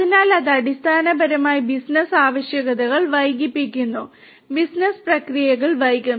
അതിനാൽ അത് അടിസ്ഥാനപരമായി ബിസിനസ്സ് ആവശ്യകതകൾ വൈകിപ്പിക്കുന്നു ബിസിനസ്സ് പ്രക്രിയകൾ വൈകും